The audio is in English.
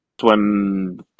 Swim